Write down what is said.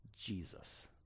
Jesus